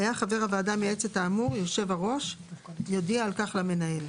היה חבר הוועדה המייעצת האמור היושב ראש יודיע על כך למנהל.